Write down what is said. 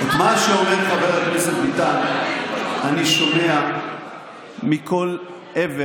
את מה שאומר חבר הכנסת ביטן אני שומע מכל עבר